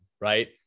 right